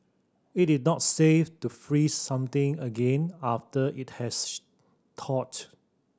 it is not safe to freeze something again after it has thawed